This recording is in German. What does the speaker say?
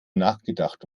nachgedacht